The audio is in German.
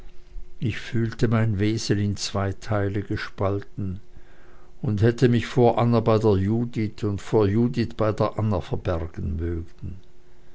ich fühlte mein wesen in zwei teile gespalten und hätte mich vor anna bei der judith und vor judith bei der anna verbergen mögen